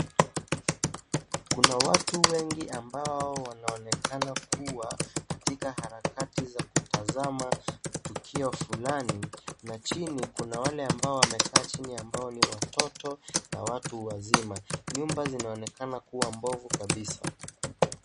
Kuna watu wengi ambao wanaonekana kuwa katika harakati ya kutazama tukio fulani na chini kuna wale ambao wamekaa chini ambao ni watoto na watu wazima, nyumba zinaonekana kuwa mbovu kabisa.